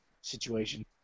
situation